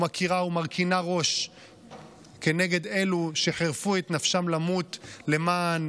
מכירה ומרכינה ראש כנגד אלו שחירפו את נפשם למות למען